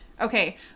Okay